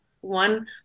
one